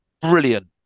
brilliant